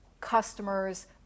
customers